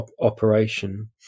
operation